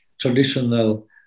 traditional